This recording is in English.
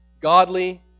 godly